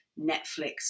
Netflix